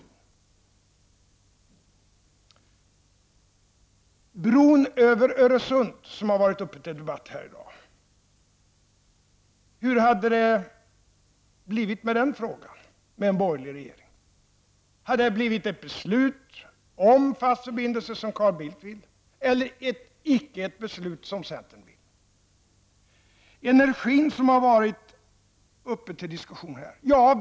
Frågan om bron över Öresund har varit uppe till debatt här i dag. Hur hade det blivit med den frågan om vi haft en borgerlig regering? Hade det blivit ett beslut om fast förbindelse, som Carl Bildt vill, eller icke ett beslut, som centern vill? Energin har också diskuterats här.